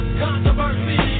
controversy